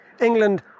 England